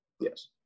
Yes